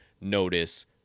notice